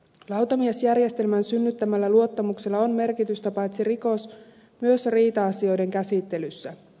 lautamiesjärjestelmän synnyttämällä luottamuksella on merkitystä paitsi rikos myös riita asioiden käsittelyssä